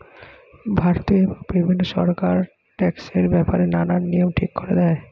ভারতীয় এবং বিভিন্ন সরকার ট্যাক্সের ব্যাপারে নানান নিয়ম ঠিক করে দেয়